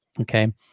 Okay